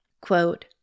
quote